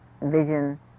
vision